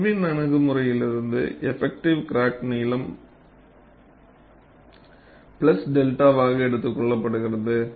Irwin அணுகுமுறையிலிருந்துஎஃபக்ட்டிவ் crack நீளம் 𝚫 வாக எடுத்துக் கொள்ளப்படுகிறது